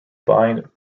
bind